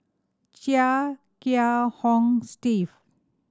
Chia Kiah Hong Steve